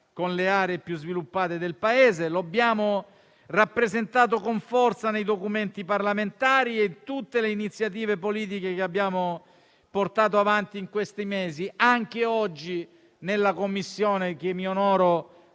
con le aree più sviluppate del Paese. Lo abbiamo rappresentato con forza nei documenti parlamentari e in tutte le iniziative politiche che abbiamo portato avanti in questi mesi. Anche oggi, nella Commissione che mi onoro